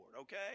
okay